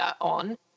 on